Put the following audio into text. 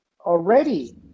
already